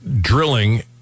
drilling